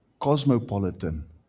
Cosmopolitan